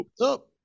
up